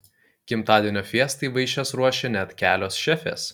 gimtadienio fiestai vaišes ruošė net kelios šefės